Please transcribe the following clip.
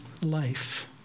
life